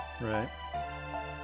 Right